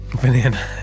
banana